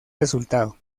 resultado